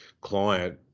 client